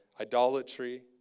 idolatry